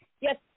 Yes